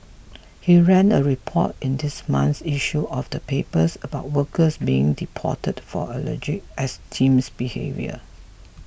he ran a report in this month's issue of the papers about workers being deported for alleged extremist behaviour